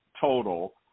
total